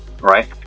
right